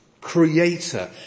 creator